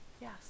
yes